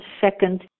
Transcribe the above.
second